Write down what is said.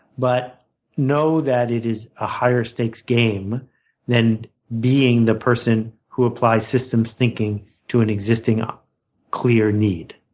but know that it is a higher stakes game than being the person who applies systems thinking to an existing, um clear need.